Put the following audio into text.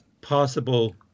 possible